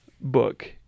book